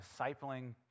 discipling